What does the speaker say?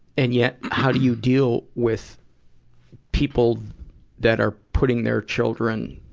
and yet, how do you deal with people that are putting their children,